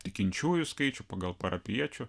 tikinčiųjų skaičių pagal parapijiečių